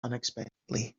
unexpectedly